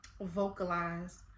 vocalize